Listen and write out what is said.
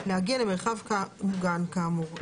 להגיע למרחב מוגן כאמור,